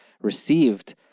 received